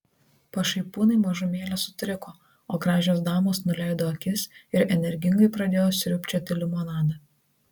pašaipūnai mažumėlę sutriko o gražios damos nuleido akis ir energingai pradėjo sriubčioti limonadą